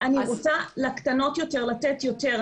אני רוצה לקטנות יותר לתת יותר,